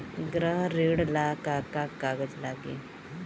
गृह ऋण ला का का कागज लागी?